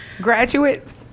graduates